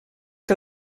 que